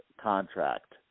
contract